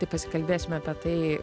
tai pasikalbėsim apie tai